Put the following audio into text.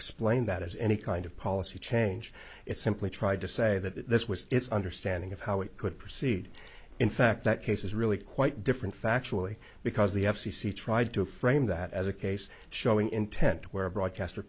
explain that as any kind of policy change it simply tried to say that this was its understanding of how it could proceed in fact that case is really quite different factually because the f c c tried to frame that as a case showing intent where a broadcaster